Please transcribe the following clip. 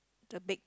the bed